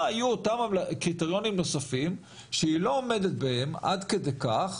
מה היו אותם קריטריונים נוספים שהיא לא עומדת בהם עד כדי כך